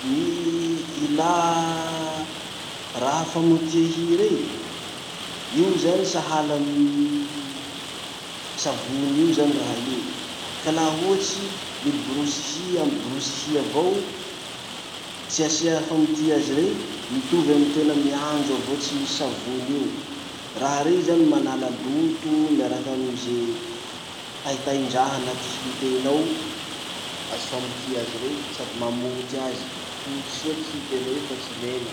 Gny ilà raha famotia hy rey, io zany sahala amy mi- savony io zany raha io. Ka laha ohatsy, miborosy hy amy borosy hy avao, tsy asia famotia azy rey, mitovy amy tena miandro avao tsy misy savony io. Raha rey zany manala loto miaraky amy ze taitaindraha anaty hy tena ao, azy famotia azy rey, sady mamoty azy. Foty soa ty hy tena io fa tsy mena.